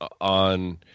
on